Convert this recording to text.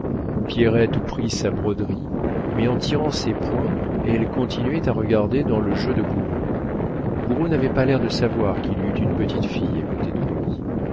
pierrette prit sa broderie mais en tirant ses points elle continuait à regarder dans le jeu de gouraud gouraud n'avait pas l'air de savoir qu'il eût une petite fille à côté de lui